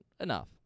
Enough